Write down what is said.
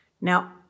Now